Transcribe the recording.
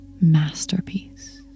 masterpiece